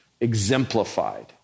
exemplified